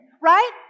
right